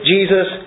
Jesus